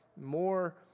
more